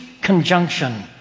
conjunction